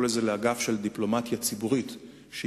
סוגיית הדיפלומטיה הציבורית,